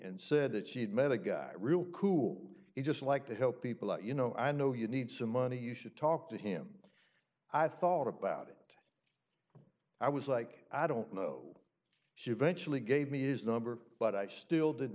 and said that she had met a guy real cool just like to help people out you know i know you need some money you should talk to him i thought about it i was like i don't know she eventually gave me is number but i still did